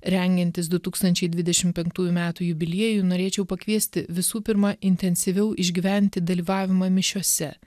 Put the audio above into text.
rengiantis du tūkstančiai dvidešim penktųjų metų jubiliejui norėčiau pakviesti visų pirma intensyviau išgyventi dalyvavimą mišiose